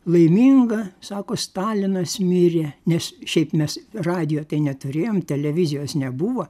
laiminga sako stalinas mirė nes šiaip mes radijo tai neturėjom televizijos nebuvo